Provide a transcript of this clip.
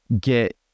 get